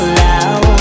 loud